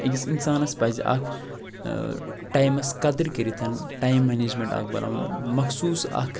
أکِس اِنسانَس پَزِ اَکھ ٹایمَس قدر کٔرِتھ ٹایَم مَنیجمیٚنٹ اَکھ بناوُن مخصوٗص اَکھ